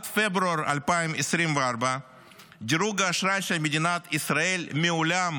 עד פברואר 2024 דירוג האשראי של מדינת ישראל מעולם